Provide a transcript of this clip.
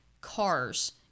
cars